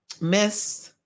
Miss